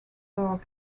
burgh